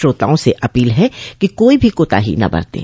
श्रोताओं से अपील है कि कोई भी कोताही न बरतें